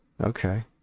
Okay